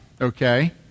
Okay